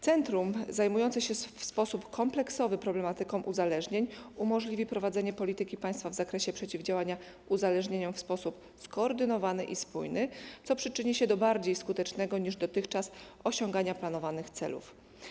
Centrum zajmujące się w sposób kompleksowy problematyką uzależnień umożliwi prowadzenie polityki państwa w zakresie przeciwdziałania uzależnieniom w sposób skoordynowany i spójny, co przyczyni się do bardziej skutecznego niż dotychczas osiągania planowanych celów.